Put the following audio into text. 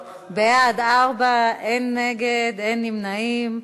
תוצאות: בעד, 4, אין נגד, אין נמנעים.